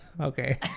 Okay